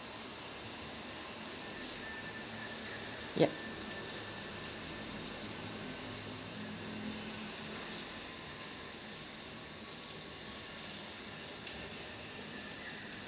yup